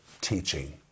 teaching